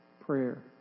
prayer